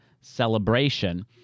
celebration